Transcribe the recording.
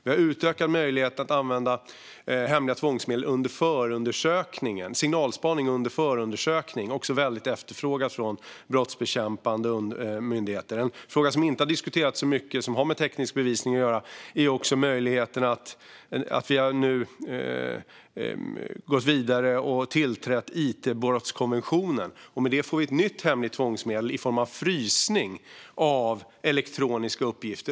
Vi har utökat möjligheten att använda hemliga tvångsmedel, till exempel signalspaning, under förundersökningen. Det är också efterfrågat av brottsbekämpande myndigheter. En fråga som inte har diskuterats så mycket, som har med teknisk bevisning att göra, är också möjligheten att vi har gått vidare och tillträtt it-brottskonventionen. Med det får vi ett nytt hemligt tvångsmedel i form av frysning av elektroniska uppgifter.